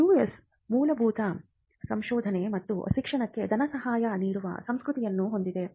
US ಮೂಲಭೂತ ಸಂಶೋಧನೆ ಮತ್ತು ಶಿಕ್ಷಣಕ್ಕೆ ಧನಸಹಾಯ ನೀಡುವ ಸಂಸ್ಕೃತಿಯನ್ನು ಹೊಂದಿದೆ